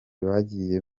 bagiye